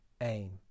aim